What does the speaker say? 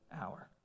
hour